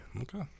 Okay